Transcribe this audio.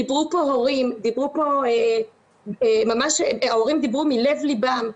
דיברו פה הורים, ההורים ממש דיברו מלב ליבם,